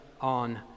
on